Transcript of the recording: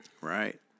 Right